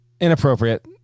Inappropriate